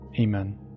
Amen